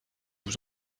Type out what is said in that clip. vous